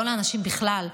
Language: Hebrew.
לא לאנשים בכלל,